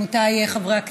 עמיתיי חברי הכנסת,